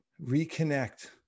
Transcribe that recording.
reconnect